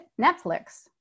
Netflix